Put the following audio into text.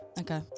Okay